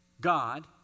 God